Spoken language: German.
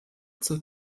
zur